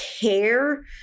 care